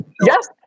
Yes